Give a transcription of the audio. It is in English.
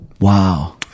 Wow